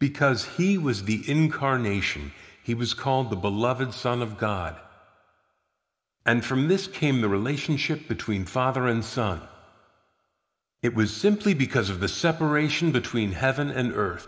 because he was the incarnation he was called the beloved son of god and from this came the relationship between father and son it was simply because of the separation between